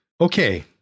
Okay